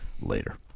later